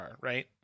right